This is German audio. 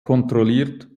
kontrolliert